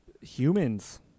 humans